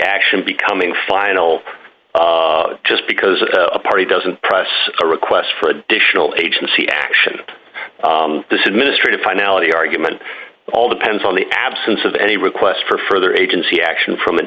action becoming final just because a party doesn't press a request for additional agency action this is ministry of finality argument all depends on the absence of any requests for further agency action from an